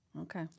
Okay